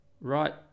right